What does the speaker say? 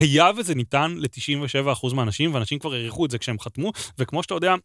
היה וזה ניתן לתשעים ושבע אחוז מהאנשים ואנשים כבר הריחו את זה כשהם חתמו וכמו שאתה יודע.